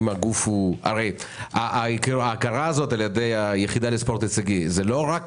הרי ההכרה הזאת על-ידי היחידה לספורט הישגי זה לא רק